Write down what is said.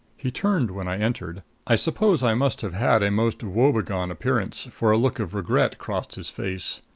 he turned when i entered. i suppose i must have had a most woebegone appearance, for a look of regret crossed his face.